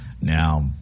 Now